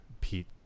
pete